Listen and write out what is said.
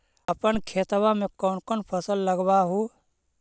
अपन खेतबा मे कौन कौन फसल लगबा हू?